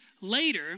later